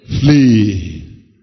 Flee